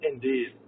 Indeed